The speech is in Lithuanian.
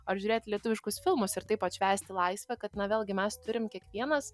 ar žiūrėti lietuviškus filmus ir taip atšvęsti laisvę kad na vėlgi mes turim kiekvienas